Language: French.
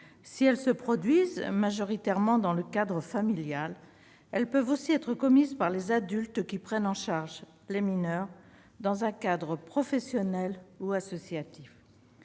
Si elles se produisent majoritairement dans le cadre familial, elles peuvent aussi être commises par les adultes qui prennent en charge les mineurs dans un cadre professionnel ou associatif.